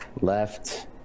left